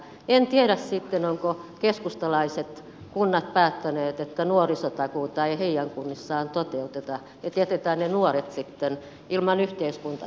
en tiedä sitten ovatko keskustalaiset kunnat päättäneet että nuorisotakuuta ei heidän kunnissaan toteuteta että jätetään ne nuoret sitten ilman yhteiskuntatakuuta